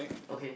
okay